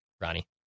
Ronnie